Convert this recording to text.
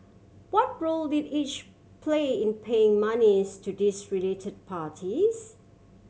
what role did each play in paying monies to these related parties